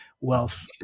wealth